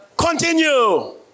Continue